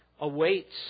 awaits